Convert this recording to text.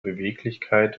beweglichkeit